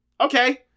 okay